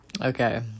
okay